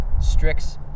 Strix